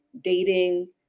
Dating